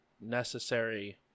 necessary